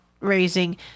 raising